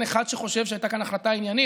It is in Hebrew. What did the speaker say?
אין אחד שחושב שהייתה כאן החלטה עניינית.